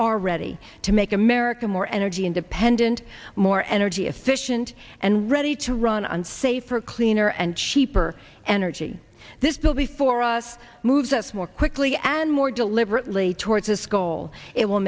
are ready to make america more energy independent more energy efficient and ready to run on safer cleaner and cheaper energy this bill before us moves us more quickly and more deliberately towards this goal it will